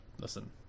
listen